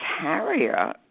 carrier